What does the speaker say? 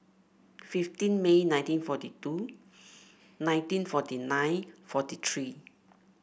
fifteen May nineteen forty two nineteen forty nine forty three